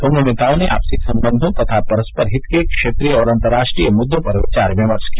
दोनों नेताओं ने आपसी संबंधों तथा परस्पर हित के क्षेत्रीय और अंतरराष्ट्रीय मुद्दों पर विचार विमर्श किया